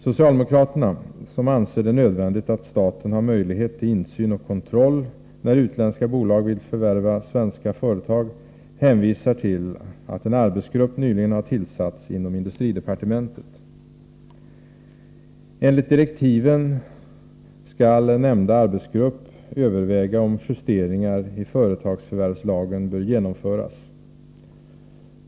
Socialdemokraterna, som anser det nödvändigt att staten har möjlighet till insyn och kontroll när utländska bolag vill förvärva svenska företag, hänvisar till att en arbetsgrupp nyligen har tillsatts inom industridepartementet. Enligt direktiven skall nämnda arbetsgrupp överväga om justeringar i företagsförvärvslagen bör genomföras.